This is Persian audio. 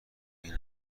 این